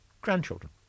Grandchildren